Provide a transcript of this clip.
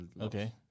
Okay